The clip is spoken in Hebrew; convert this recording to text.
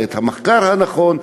ואת המחקר הנכון,